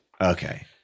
Okay